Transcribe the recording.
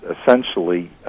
essentially